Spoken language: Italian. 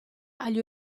agli